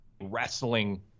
wrestling